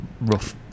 rough